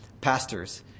pastors